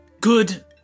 Good